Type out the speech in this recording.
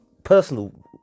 Personal